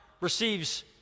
receives